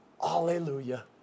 Hallelujah